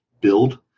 build